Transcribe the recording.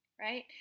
Right